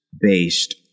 based